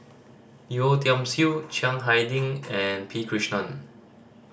Yeo Tiam Siew Chiang Hai Ding and P Krishnan